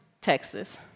Texas